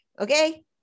Okay